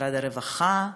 משרד הרווחה,